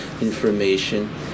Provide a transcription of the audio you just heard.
information